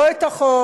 לא את החוק,